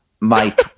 Mike